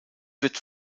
wird